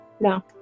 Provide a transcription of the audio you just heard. No